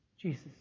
Jesus